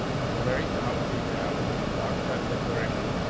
at the very top, we have a doc type declaration.